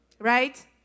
Right